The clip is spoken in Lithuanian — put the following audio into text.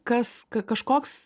kas kažkoks